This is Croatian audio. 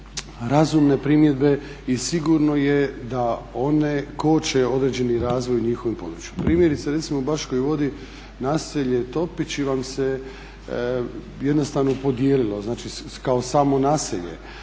razumne primjedbe i sigurno je da one koče određeni razvoj njihovih područja. Primjerice recimo u Baškoj vodi naselje Topići vam se jednostavno podijelilo znači kao samo naselje.